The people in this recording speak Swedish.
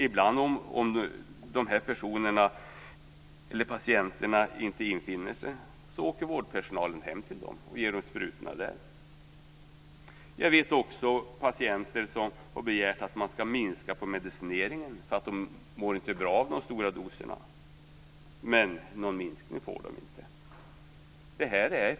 Ibland, om de här patienterna inte infinner sig, åker vårdpersonalen hem till dem och ger dem sprutorna där. Jag vet också att det finns patienter som har begärt att man ska minska på medicineringen för att de inte mår bra av de stora doserna. Men någon minskning får de inte!